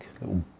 Little